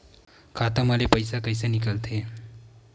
खाता मा ले पईसा कइसे निकल थे?